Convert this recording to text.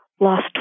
lost